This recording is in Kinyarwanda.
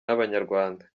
n’abanyarwanda